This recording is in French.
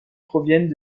proviennent